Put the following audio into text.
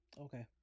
Okay